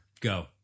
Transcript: go